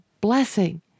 blessing